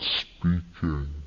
speaking